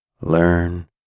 learn